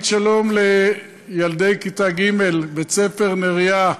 שלום לילדי כיתה א' מבית-הספר "נריה"